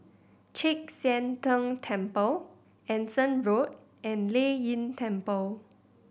Chek Sian Tng Temple Anson Road and Lei Yin Temple